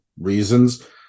reasons